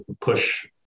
push